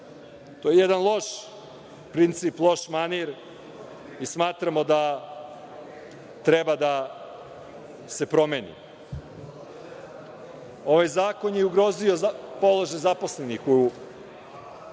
je jedan loš princip, loš manir i smatramo da treba da se promeni. Ovaj zakon je ugrozio položaj zaposlenih